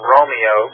Romeo